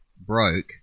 broke